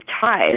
ties